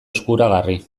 eskuragarri